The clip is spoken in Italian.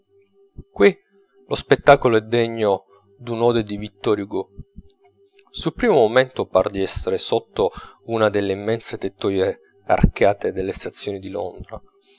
qui lo spettacolo è degno d'un'ode di vittor hugo sul primo momento par di essere sotto una delle immense tettoie arcate delle stazioni di londra